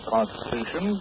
Constitution